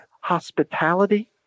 hospitality